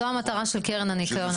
זו המטרה של קרן הניקיון.